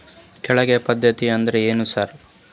ಕೈಗಾಳ್ ಪದ್ಧತಿ ಅಂದ್ರ್ ಏನ್ರಿ ಸರ್?